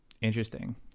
Interesting